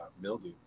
mildew